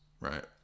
right